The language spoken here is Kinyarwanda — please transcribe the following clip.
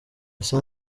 ise